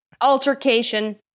altercation